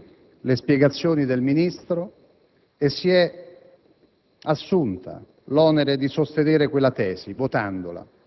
L'opposizione ha valutato ragionevoli le spiegazioni del Ministro e si è assunta l'onere di sostenere quella tesi, votandola e